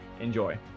Enjoy